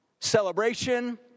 celebration